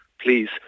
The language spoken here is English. please